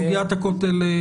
סוגיית הכותל,